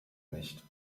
nicht